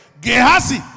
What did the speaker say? Gehazi